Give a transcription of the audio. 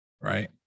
right